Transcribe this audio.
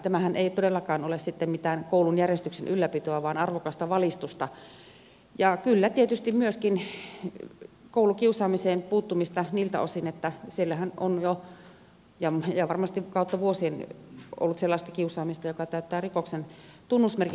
tämähän ei todellakaan ole sitten mitään koulun järjestyksen ylläpitoa vaan arvokasta valistusta ja kyllä tietysti myöskin koulukiusaamiseen puuttumista niiltä osin että siellähän on jo ja varmasti on kautta vuosien ollut sellaista kiusaamista joka täyttää rikoksen tunnusmerkit